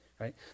right